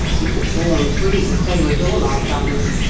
he was born free, the same as all our family,